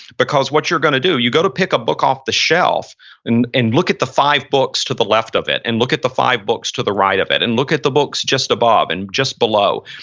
because what you're going to do, you go pick a book off the shelf and and look at the five books to the left of it and look at the five books to the right of it. and look at the books, just above and just below.